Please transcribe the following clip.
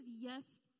yes